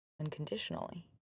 unconditionally